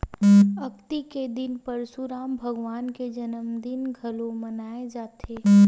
अक्ती के दिन परसुराम भगवान के जनमदिन घलोक मनाए जाथे